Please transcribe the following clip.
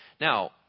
now